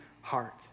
heart